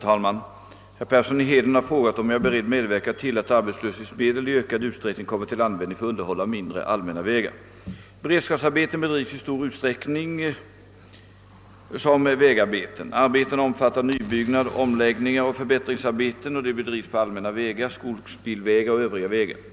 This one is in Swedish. Herr talman! Herr Persson i Heden har frågat, om jag är beredd medverka till att arbetslöshetsmedel i ökad utsträckning kommer till användning för underhåll av mindre, allmänna vägar. Beredskapsarbeten bedrivs i stor utsträckning som vägarbeten. Arbetena omfattar nybyggnad, omläggningar och förbättringsarbeten och de bedrivs på allmänna vägar, skogsbilvägar och övriga vägar.